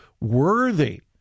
worthy